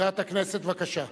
מזכירת הכנסת, בבקשה.